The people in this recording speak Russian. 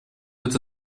это